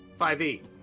5e